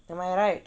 am I right